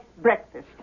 breakfast